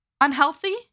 unhealthy